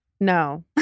no